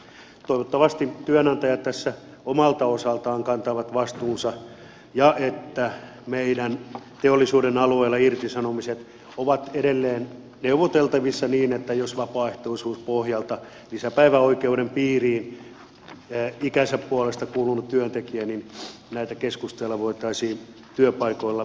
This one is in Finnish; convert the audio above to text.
toivottavasti työnantajat tässä omalta osaltaan kantavat vastuunsa ja meidän teollisuuden alueella irtisanomiset ovat edelleen neuvoteltavissa niin että jos on vapaaehtoisuuspohjalta lisäpäiväoikeuden piiriin ikänsä puolensa kuulunut työntekijä niin näitä keskusteluja voitaisiin työpaikoilla hyvin käydä